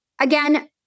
again